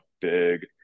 big